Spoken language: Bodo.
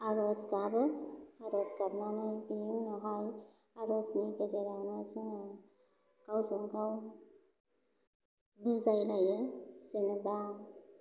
आर'ज गाबो आर'ज गाबनानै बेनि उनावहाय आर'जनि गेजेरावनो जोङो गावजों गाव बुजायलायो जेन'बा